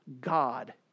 God